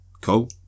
Cool